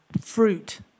fruit